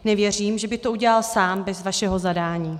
Nevěřím, že by to udělal sám bez vašeho zadání.